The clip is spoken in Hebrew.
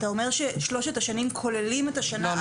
אתה אומר ששלושת השנים כוללים את השנה ---?